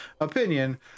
opinion